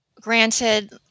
Granted